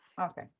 Okay